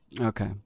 Okay